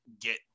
get